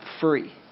Free